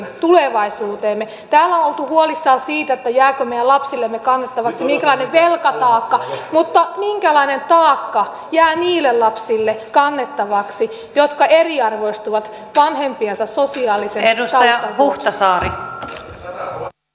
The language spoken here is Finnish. täällä on oltu huolissaan siitä jääkö meidän lapsillemme kannettavaksi minkälainen velkataakka mutta minkälainen taakka jää niille lapsille kannettavaksi jotka eriarvoistuvat vanhempiensa sosiaalisen taustan vuoksi